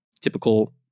typical